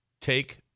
Take